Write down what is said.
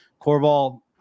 Corval